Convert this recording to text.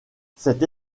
cette